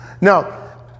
Now